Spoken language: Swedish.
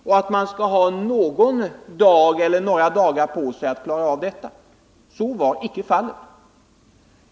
Företaget måste också ha någon dag eller några dagar på sig att klara av detta, men så blev icke fallet.